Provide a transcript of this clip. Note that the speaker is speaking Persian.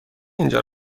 اینجا